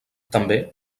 també